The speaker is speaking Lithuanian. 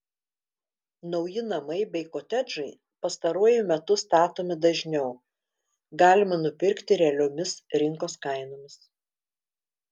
nauji namai bei kotedžai pastaruoju metu statomi dažniau galima nupirkti realiomis rinkos kainomis